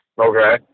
Okay